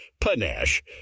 panache